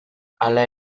hala